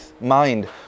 mind